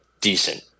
decent